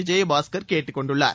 விஜயபாஸ்கர் கேட்டுக் கொண்டுள்ளார்